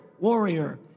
warrior